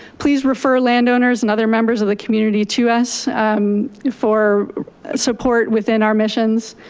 please refer landowners and other members of the community to us for support within our missions.